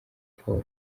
paul